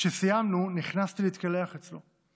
כשסיימנו, נכנסתי להתקלח אצלו.